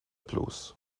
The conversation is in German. blues